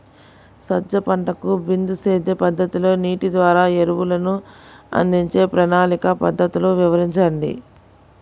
సజ్జ పంటకు బిందు సేద్య పద్ధతిలో నీటి ద్వారా ఎరువులను అందించే ప్రణాళిక పద్ధతులు వివరించండి?